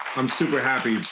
i'm super happy.